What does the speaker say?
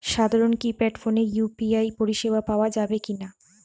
সাধারণ কিপেড ফোনে ইউ.পি.আই পরিসেবা পাওয়া যাবে কিনা?